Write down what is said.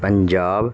Punjab